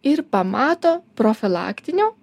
ir pamato profilaktinio